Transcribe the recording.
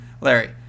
Larry